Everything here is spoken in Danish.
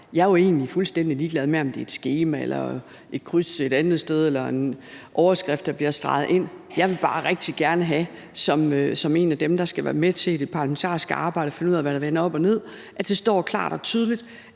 Jeg er jo egentlig fuldstændig ligeglad med, om det er et skema eller et kryds et andet sted eller en overskrift, der bliver streget ind. Jeg vil som en af dem, der skal være med til i det parlamentariske arbejde at finde ud af, hvad der